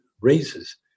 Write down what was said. raises